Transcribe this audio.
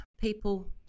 people